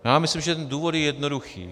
Já myslím, že důvod je jednoduchý.